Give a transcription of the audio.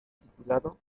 titulado